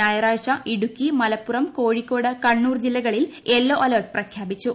ഞായറാഴ്ച ഇടുക്കി മല പ്പുറം കോഴിക്കോട് കണ്ണൂർ ജില്ലകളിൽ yellow alert പ്രഖ്യാപിച്ചു